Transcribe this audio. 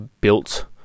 built